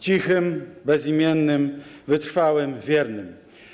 Cichym, bezimiennym, wytrwałym, wiernym.